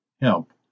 Help